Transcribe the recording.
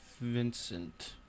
Vincent